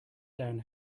down